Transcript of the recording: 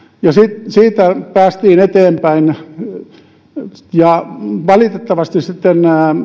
ja siitä päästiin eteenpäin valitettavasti sitten